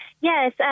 Yes